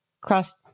cross